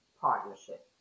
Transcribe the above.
partnership